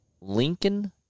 Lincoln